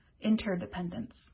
interdependence